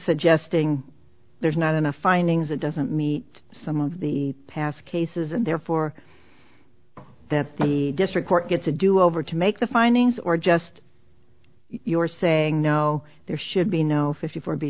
suggesting there's not enough findings it doesn't meet some of the past cases and therefore that the district court gets a do over to make the findings or just your saying no there should be no fifty four b